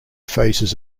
faces